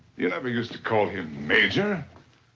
you never used to call him major.